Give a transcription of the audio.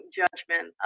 judgment